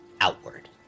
Outward